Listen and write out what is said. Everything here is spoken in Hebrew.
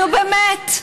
נו, באמת.